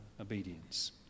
obedience